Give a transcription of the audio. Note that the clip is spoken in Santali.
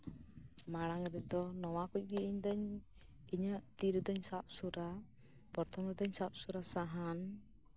ᱢᱟᱲᱟᱝ ᱨᱮᱫᱚ ᱱᱚᱣᱟ ᱠᱚᱜᱮ ᱤᱧ ᱫᱚ ᱤᱧᱟᱹᱜ ᱛᱤ ᱨᱮᱫᱩᱧ ᱥᱟᱵ ᱥᱩᱨᱟ ᱯᱨᱚᱛᱷᱚᱢ ᱨᱮᱫᱩᱧ ᱥᱟᱵ ᱥᱩᱨᱟ ᱥᱟᱦᱟᱱ